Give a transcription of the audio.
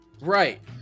Right